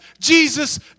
Jesus